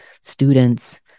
students